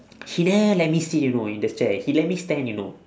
he never let me sit you know in the chair he let me stand you know